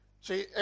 See